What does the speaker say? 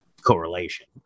Correlation